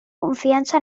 confiança